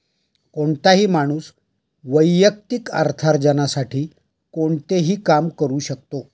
कोणताही माणूस वैयक्तिक अर्थार्जनासाठी कोणतेही काम करू शकतो